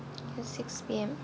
here six P_M